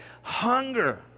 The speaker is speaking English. hunger